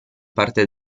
parte